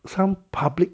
some public